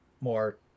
more